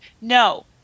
no